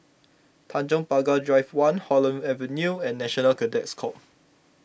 Tanjong Pagar Drive one Holland Avenue and National Cadet Corps